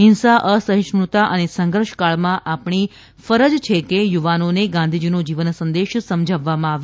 હિંસા અસહિષ્ણતા અને સંઘર્ષ કાળમાં આપણી ફરજ છે કે યુવાનોને ગાંધીજીનો જીવન સંદેશ સમજાવવામાં આવે